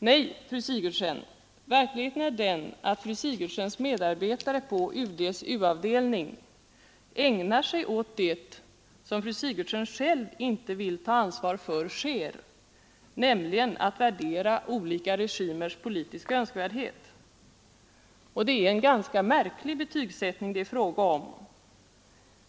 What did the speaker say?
Nej, fru Sigurdsen, verkligheten är den att fru Sigurdsens medarbetare på UD:s u-avdelning ägnar sig åt det som fru Sigurdsen själv inte vill ta ansvaret för, nämligen att värdera olika regimers politiska önskvärdhet. Det är en ganska märklig betygsättning det är fråga om.